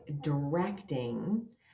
directing